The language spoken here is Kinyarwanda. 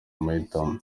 amahitamo